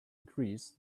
agrees